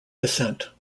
descent